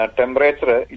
temperature